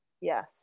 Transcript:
Yes